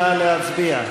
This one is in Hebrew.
ההסתייגות?